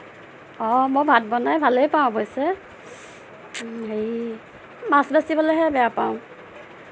অঁ মই ভাত বনাই ভালেই পাওঁ অৱশ্যে হেৰি মাছ বাচিবলৈহে বেয়া পাওঁ